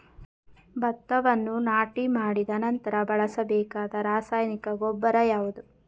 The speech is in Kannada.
ಭತ್ತವನ್ನು ನಾಟಿ ಮಾಡಿದ ನಂತರ ಬಳಸಬೇಕಾದ ರಾಸಾಯನಿಕ ಗೊಬ್ಬರ ಯಾವುದು?